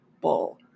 bowl